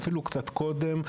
ואפילו קצת קודם,